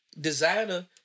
Designer